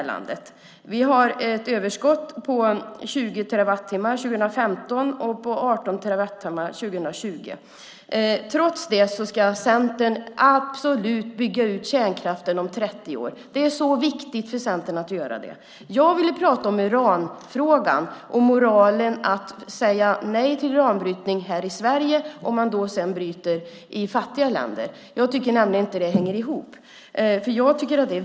Vi kommer att ha ett överskott på 20 terawattimmar 2015 och på 18 terawattimmar 2020. Trots det ska Centern absolut bygga ut kärnkraften om 30 år. Det är viktigt för Centern att göra det. Jag vill återgå till uranfrågan och moralen i att säga nej till uranbrytning i Sverige samtidigt som man accepterar brytning av uran i fattiga länder. Jag tycker inte att det hänger ihop.